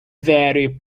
very